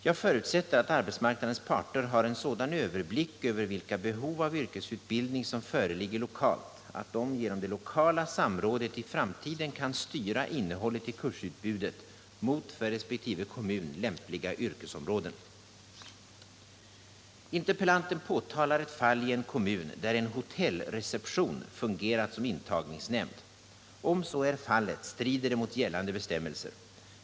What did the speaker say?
Jag förutsätter att arbetsmarknadens parter har en sådan överblick över vilka behov av yrkesutbildning som föreligger lokalt att de genom det lokala samrådet i framtiden kan styra innehållet i kursutbudet mot för resp. kommun lämpliga yrkesområden. Interpellanten påtalar ett fall i en kommun där en hotellreception fungerat som intagningsnämnd. Om så är fallet strider det mot gällande bestämmelser.